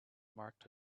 marked